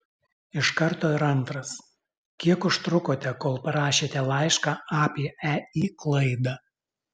iš karto ir antras kiek užtrukote kol parašėte laišką apie ei klaidą